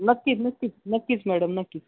नक्कीच नक्कीच नक्कीच मॅडम नक्कीच